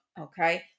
okay